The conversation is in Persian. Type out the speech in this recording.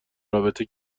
رابطه